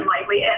lightly